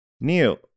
Neil